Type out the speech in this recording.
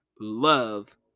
love